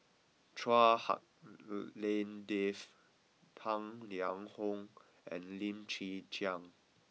Chua Hak Lien Dave Tang Liang Hong and Lim Chwee Chian